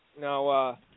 Now